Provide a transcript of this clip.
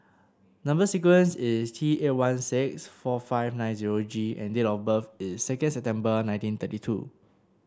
number sequence is T eight one six four five nine zero G and date of birth is second September nineteen thirty two